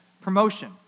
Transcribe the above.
promotion